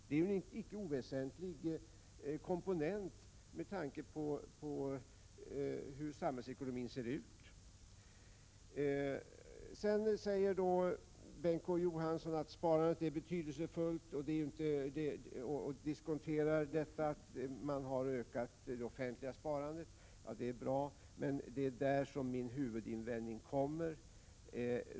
Det är en icke oväsentlig komponent med tanke på hur samhällsekonomin ser ut. Sedan säger Bengt K Å Johansson att sparandet är betydelsefullt och diskonterar detta att man har ökat det offentliga sparandet. Ja, det är bra, men det är där som min huvudinvändning kommer.